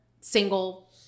single